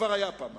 כבר היה פעם משהו.